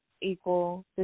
equal